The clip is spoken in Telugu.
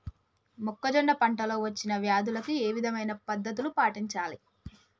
మొక్కజొన్న పంట లో వచ్చిన వ్యాధులకి ఏ విధమైన పద్ధతులు పాటించాలి?